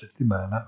Settimana